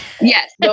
yes